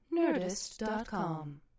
Nerdist.com